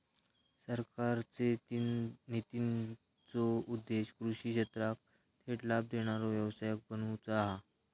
सरकारचे नितींचो उद्देश्य कृषि क्षेत्राक थेट लाभ देणारो व्यवसाय बनवुचा हा